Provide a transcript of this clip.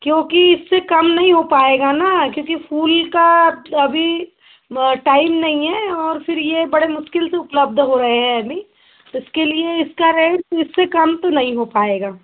क्योंकि इससे कम नहीं हो पाएगा न क्योंकि फूल का अभी टाइम नहीं है और फिर ये बड़ी मुश्किल से उपलब्ध हो रहें हैं अभी इसके लिए इसका रेंट इस से कम तो नहीं हो पाएगा